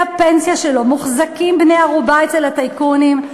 הפנסיה שלו מוחזקים בני-ערובה אצל הטייקונים,